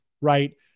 right